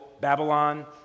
Babylon